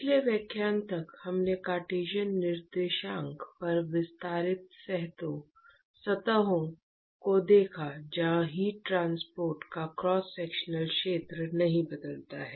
पिछले व्याख्यान तक हमने कार्टेशियन निर्देशांक पर विस्तारित सतहों को देखा जहां हीट ट्रांसपोर्ट का क्रॉस सेक्शनल क्षेत्र नहीं बदलता है